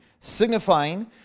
signifying